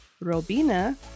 Robina